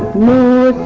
more